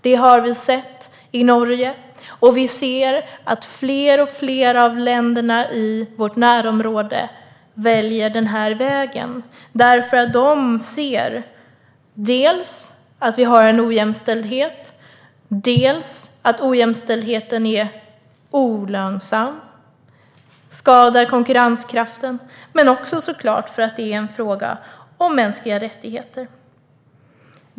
Det har vi sett i Norge, och vi ser att fler och fler av länderna i vårt närområde väljer den här vägen, därför att de ser dels att vi har en ojämställdhet, dels att ojämställdheten är olönsam och skadar konkurrenskraften. Det är såklart också en fråga om mänskliga rättigheter.